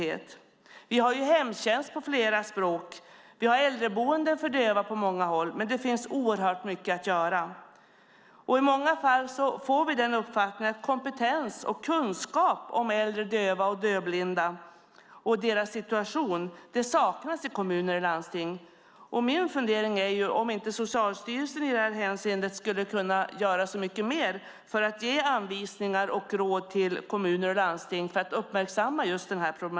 Det finns hemtjänst på flera språk, och det finns äldreboenden för döva på många håll - men det finns oerhört mycket att göra. I många fall får vi uppfattningen att kompetens och kunskap om äldre dövas och dövblindas situation saknas i kommuner och landsting. Min fundering är om inte Socialstyrelsen i det här hänseendet skulle kunna göra så mycket mer för att ge anvisningar och råd till kommuner och landsting för att uppmärksamma dessa problem.